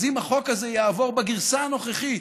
אז אם החוק הזה יעבור בגרסה הנוכחית,